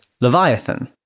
*Leviathan*